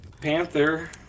panther